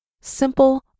simple